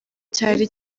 cyari